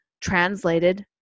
translated